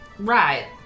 Right